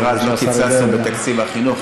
חבר הכנסת מוסי רז, לא קיצצנו בתקציב החינוך.